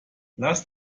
lass